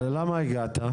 אז למה הגעת?